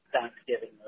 Thanksgiving